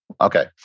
Okay